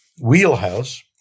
wheelhouse